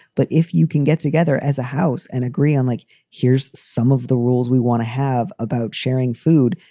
but if you can get together as a house and agree on like here's some of the rules we want to have about sharing food,